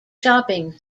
shopping